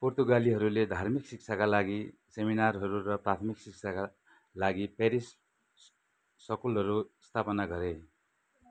पोर्तुगालीहरूले धार्मिक शिक्षाका लागि सेमिनारहरू र प्राथमिक शिक्षाका लागि पेरिस स्कुलहरू स्थापना गरे